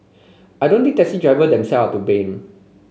I don't think taxi driver them self to blame